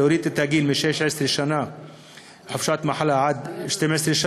להוריד את הגיל של חופשת מחלה להורה מ-16 ל-12,